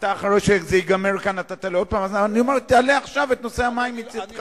תעלה עכשיו את נושא המים.